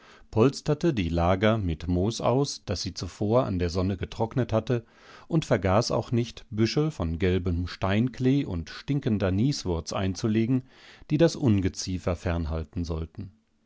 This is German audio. polsterte die lager mit moos aus das sie zuvor an der sonne getrocknet hatte und vergaß auch nicht büschel von gelbem steinklee und stinkender nieswurz einzulegen die das ungeziefer fernhalten sollten